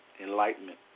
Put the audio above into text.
Enlightenment